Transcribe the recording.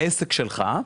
לעסק שלך,